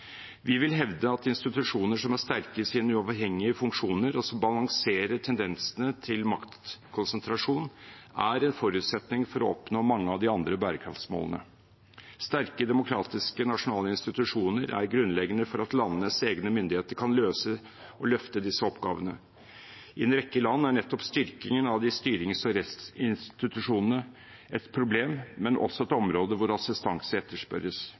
Vi vil hevde at institusjoner som er sterke i sine uavhengige funksjoner, og som balanserer tendensene til maktkonsentrasjon, er en forutsetning for å oppnå mange av de andre bærekraftsmålene. Sterke demokratiske nasjonale institusjoner er grunnleggende for at landenes egne myndigheter kan løse og løfte disse oppgavene. I en rekke land er nettopp styrkingen av styrings- og rettsinstitusjonene et problem, men også et område der assistanse etterspørres.